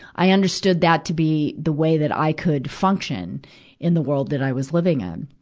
i understood that to be the way that i could function in the world that i was living in.